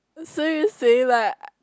so you say that